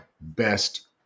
Best